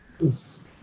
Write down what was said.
Yes